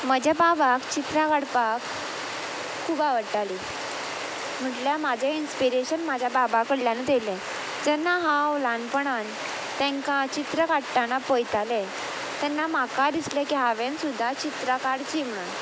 म्हज्या बाबाक चित्रां काडपाक खूब आवडटाली म्हटल्यार म्हाजे इंस्पिरेशन म्हाज्या बाबा कडल्यानूत येयले जेन्ना हांव ल्हानपणान तेंकां चित्र काडटना पयताले तेन्ना म्हाका दिसले की हांवेन सुद्दां चित्रां काडची म्हण